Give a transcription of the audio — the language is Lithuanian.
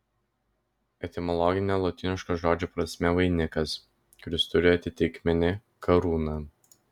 etimologinė lotyniško žodžio prasmė vainikas kuris turi atitikmenį karūna